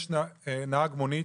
יש נהג מונית,